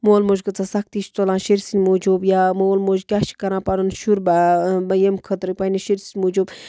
مول موج کۭژاہ سختی چھُ تُلان شُرۍ سٕنٛدۍ موٗجوٗب یا مول موج کیٛاہ چھِ کَران پَنُن شُر ییٚمۍ خٲطرٕ پنٛنِس شُرۍ سٕنٛدۍ موٗجوٗب